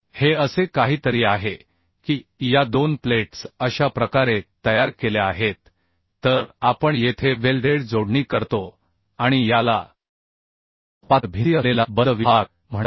हे असे काहीतरी आहे की या दोन प्लेट्स अशा प्रकारे तयार केल्या आहेत तर आपण येथे वेल्डेड जोडणी करतो आणि याला पातळ भिंती असलेला बंद विभाग म्हणतात